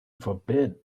forbid